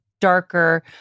darker